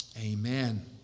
Amen